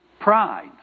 Pride